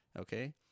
Okay